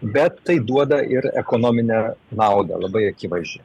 bet tai duoda ir ekonominę naudą labai akivaizdžiai